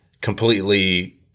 completely